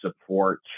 support